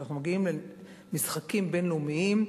כשאנחנו מגיעים למשחקים בין-לאומיים,